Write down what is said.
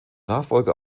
nachfolger